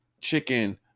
chicken